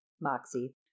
Moxie